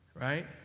right